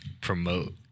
promote